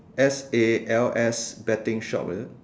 S A L S betting shop is it